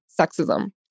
sexism